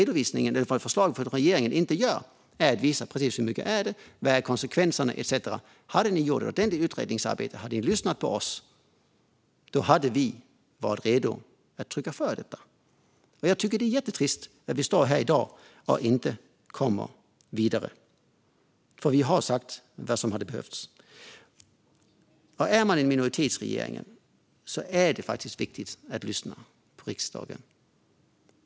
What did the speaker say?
Det som regeringens förslag inte gör är att visa precis hur mycket det är och vad konsekvenserna är etcetera. Om man hade gjort detta utredningsarbete och lyssnat på oss hade vi varit redo att rösta för. Jag tycker att det är jättetrist att vi står här i dag och inte kommer vidare, för vi har sagt vad som hade behövts. Är man en minoritetsregering är det faktiskt viktigt att lyssna på riksdagen.